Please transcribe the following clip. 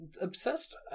obsessed